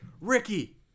Ricky